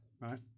right